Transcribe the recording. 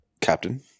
captain